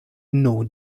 nor